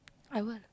I will